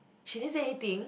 she never say anything